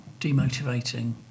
demotivating